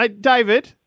David